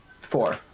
Four